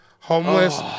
Homeless